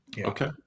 okay